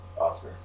Oscar